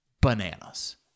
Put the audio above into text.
Bananas